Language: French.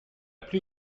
plus